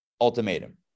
ultimatum